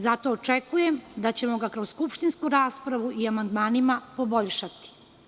Zato očekujem da ćemo ga kroz skupštinsku raspravu i amandmanima poboljšati.